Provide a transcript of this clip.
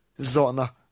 Zona